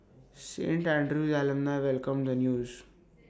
Saint Andrew's alumni welcomed the news